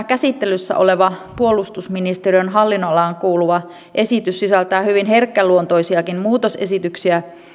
käsittelyssä oleva puolustusministeriön hallinnonalaan kuuluva esitys sisältää hyvin herkkäluontoisiakin muutosesityksiä